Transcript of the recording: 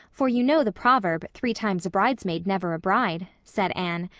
for you know the proverb three times a bridesmaid, never a bride said anne,